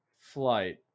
Flight